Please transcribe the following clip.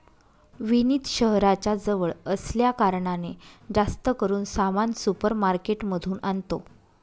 विनीत शहराच्या जवळ असल्या कारणाने, जास्त करून सामान सुपर मार्केट मधून आणतो